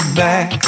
back